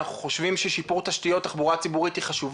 אנחנו חושבים ששיפור תשתיות תחבורה ציבורית הוא חשוב